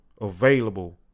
available